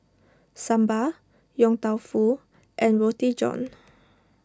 Sambal Yong Tau Foo and Roti John